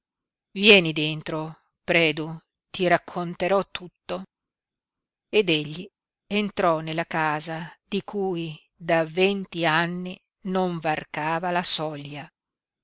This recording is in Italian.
vieni dentro predu ti racconterò tutto ed egli entrò nella casa di cui da venti anni non varcava la soglia